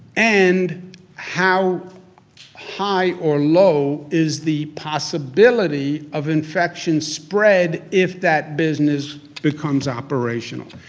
and how high or low is the possibility of infection spread if that business becomes operational?